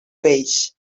peix